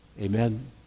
Amen